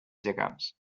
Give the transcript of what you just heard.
gegants